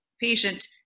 patient